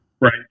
Right